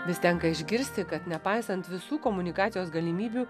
vis tenka išgirsti kad nepaisant visų komunikacijos galimybių